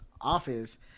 office